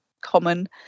common